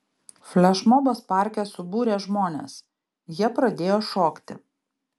flešmobas parke subūrė žmones jie pradėjo šokti